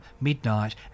midnight